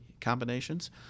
combinations